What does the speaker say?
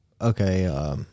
Okay